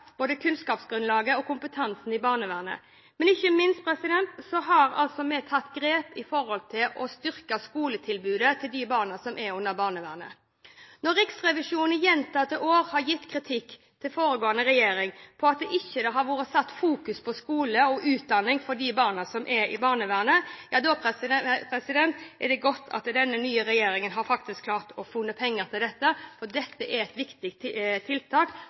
både kunnskapsgrunnlaget og kompetansen i barnevernet. Men ikke minst har vi tatt grep når det gjelder å styrke skoletilbudet til de barna som er under barnevernet. Når Riksrevisjonen gjentatte år har gitt kritikk til foregående regjering for at det ikke har vært satt fokus på skole og utdanning for de barna som er i barnevernet, ja da er det godt at den nye regjeringen faktisk har klart å finne penger til dette, for dette er et viktig tiltak